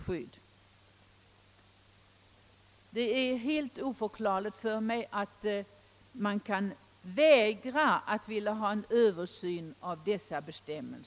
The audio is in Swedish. Det är för mig helt oförklarligt att vägra företa en översyn av bestämmelserna på detta område.